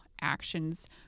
actions